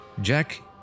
Jack